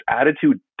attitude